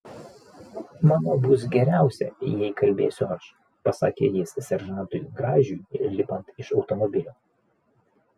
manau bus geriausia jei kalbėsiu aš pasakė jis seržantui gražiui lipant iš automobilio